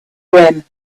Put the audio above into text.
rim